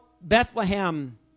Bethlehem